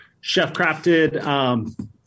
chef-crafted